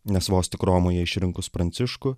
nes vos tik romoje išrinkus pranciškų